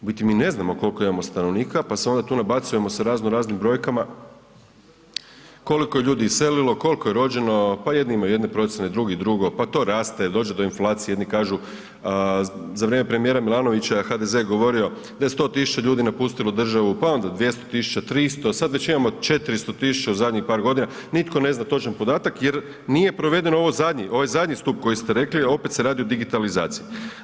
U biti mi ne znamo koliko imamo stanovnika pa se onda tu nabacujemo sa razno raznim brojkama koliko ljudi iselilo, koliko je rođeno, pa jedni imaju jedne procjene, drugi drugo, pa to raste, dođe do inflacije, jedni kažu za vrijeme premijera Milanovića HDZ je govorio da je 100.000 ljudi napustilo državu, pa onda 200.000, 300 sad već imamo 400.000 zadnjih par godina, nitko ne zna točan podatak jer nije proveden ovo zadnji, ovaj zadnji stup koji ste rekli jer opet se radi o digitalizaciji.